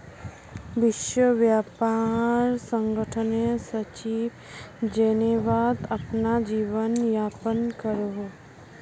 विश्व व्यापार संगठनेर सचिव जेनेवात अपना जीवन यापन करोहो